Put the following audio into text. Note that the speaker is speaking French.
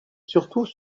surtout